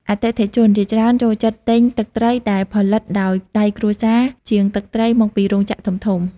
អតិថិជន ជាច្រើនចូលចិត្តទិញទឹកត្រីដែលផលិតដោយដៃគ្រួសារ ជាងទឹកត្រីមកពីរោងចក្រធំៗ។